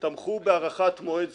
רק באו המשפטנים ואמרו,